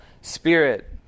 Spirit